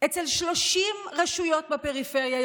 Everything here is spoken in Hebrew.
ב-30 רשויות בפריפריה,